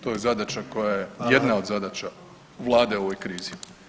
To je zadaća koja je [[Upadica: Hvala.]] jedna od zadaća vlade u ovoj krizi.